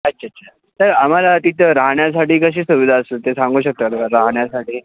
अच्छा अच्छा सर आम्हाला तिथं राहण्यासाठी कशी सुविधा असू शकते सांगू शकता का राहण्यासाठी